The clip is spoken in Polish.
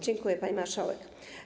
Dziękuję, pani marszałek.